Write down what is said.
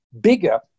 bigger